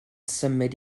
symud